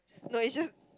no is just